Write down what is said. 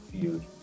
field